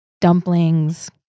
Dumplings